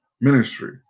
ministry